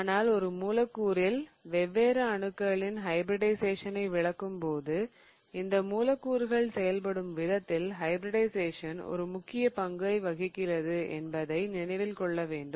ஆனால் ஒரு மூலக்கூறில் வெவ்வேறு அணுக்களின் ஹைபிரிடிஷயேசனை விளக்கும்போது இந்த மூலக்கூறுகள் செயல்படும் விதத்தில் ஹைபிரிடிஷயேசன் ஒரு முக்கிய பங்கைக் கொண்டுள்ளது என்பதை நினைவில் கொள்ளவேண்டும்